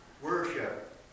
Worship